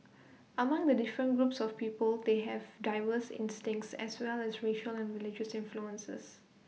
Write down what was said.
among the different groups of people they have diverse instincts as well as racial and religious influences